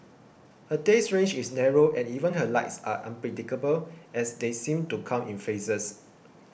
her taste range is narrow and even her likes are unpredictable as they seem to come in phases